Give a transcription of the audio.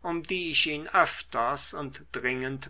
um die ich ihn öfters und dringend